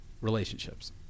relationships